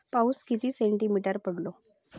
पाऊस किती सेंटीमीटर पडलो?